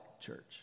church